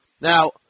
Now